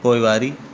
पोइवारी